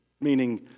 meaning